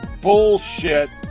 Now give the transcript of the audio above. bullshit